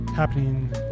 happening